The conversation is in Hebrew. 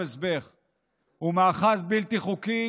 החקיקה, ואתייחס,